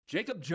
Jacob